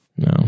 No